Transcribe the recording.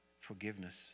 forgiveness